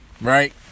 right